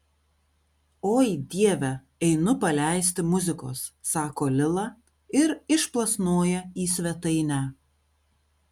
oi dieve einu paleisti muzikos sako lila ir išplasnoja į svetainę